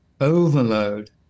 overload